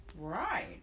Right